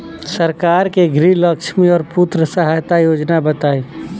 सरकार के गृहलक्ष्मी और पुत्री यहायता योजना बताईं?